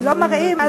לא מראים.